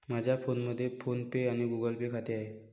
माझ्या फोनमध्ये फोन पे आणि गुगल पे खाते आहे